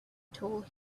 told